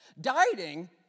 Dieting